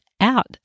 out